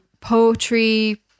poetry